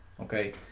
Okay